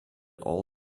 all